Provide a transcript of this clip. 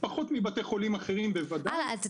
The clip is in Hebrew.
פחות מבתי חולים אחרים בוודאי.